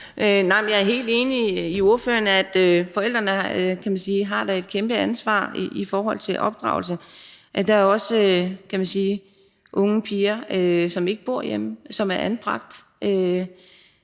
Jeg er helt enig med ordføreren i, at forældrene da har et kæmpe ansvar i forhold til opdragelse. Der er også unge piger, som ikke bor hjemme, som er anbragte